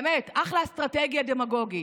באמת, אחלה אסטרטגיה דמגוגית.